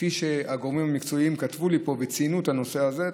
כפי שהגורמים המקצועיים כתבו לי פה וציינו את הנושא הזה,